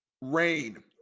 rain